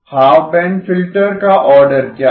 half band filter का order क्या है